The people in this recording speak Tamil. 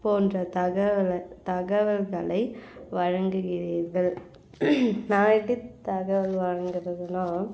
போன்ற தகவலை தகவல்களை வழங்குகிறீர்கள் நான் எப்படி தகவல் வழங்கறதுன்னா